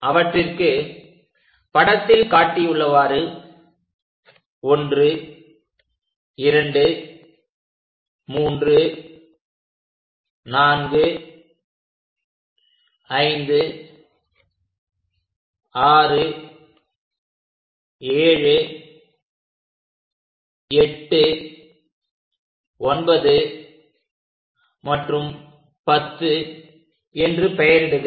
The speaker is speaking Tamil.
அவற்றிற்கு படத்தில் காட்டியுள்ளவாறு 123456789 மற்றும் 10 என்று பெயரிடுக